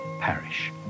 parish